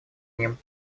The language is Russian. ним